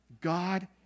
God